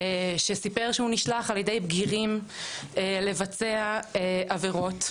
שסיפר שהוא נשלח על ידי בגירים לבצע עבירות,